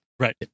Right